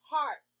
Heart